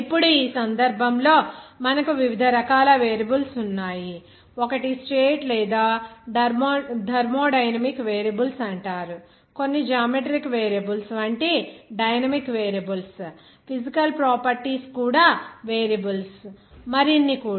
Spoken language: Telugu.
ఇప్పుడు ఈ సందర్భంలో మనకు వివిధ రకాల వేరియబుల్స్ ఉన్నాయి ఒకటి స్టేట్ లేదా థర్మోడైనమిక్ వేరియబుల్స్ అంటారు కొన్ని జామెట్రిక్ వేరియబుల్స్ వంటి డైనమిక్ వేరియబుల్స్ ఫిజికల్ ప్రాపర్టీస్ కూడా వేరియబుల్స్ మరికొన్ని కూడా